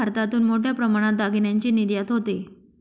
भारतातून मोठ्या प्रमाणात दागिन्यांची निर्यात होते